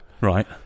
Right